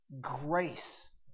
grace